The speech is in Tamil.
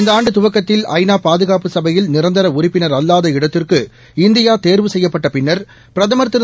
இந்தஆண்டுதுவக்கத்தில் ஐநாபாதுகாப்பு சபையில் நிரந்தரஉறுப்பினரல்லாத இடத்திற்கு இந்தியாதேர்வு செய்யப்பட்டபின்னர் பிரதமர் திரு